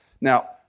Now